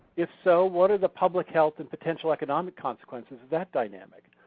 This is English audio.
if so what are the public health and potential economic consequences of that dynamic?